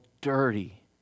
dirty